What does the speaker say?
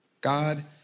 God